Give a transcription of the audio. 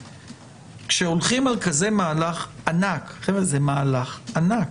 כשהולכים על כזה מהלך ענק זה מהלך ענק